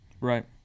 right